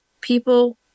people